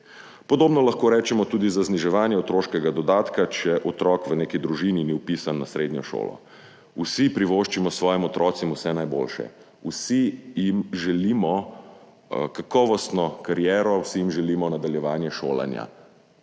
Podobno lahko rečemo tudi za zniževanje otroškega dodatka, če otrok v neki družini ni vpisan v srednjo šolo. Vsi privoščimo svojim otrokom vse najboljše. Vsi jim želimo kakovostno kariero. Vsi jim želimo nadaljevanje šolanja